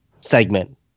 segment